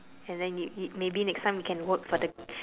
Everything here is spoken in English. and then you you maybe next time you can work for the